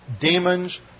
demons